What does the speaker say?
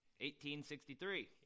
1863